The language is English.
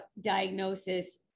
diagnosis